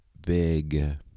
big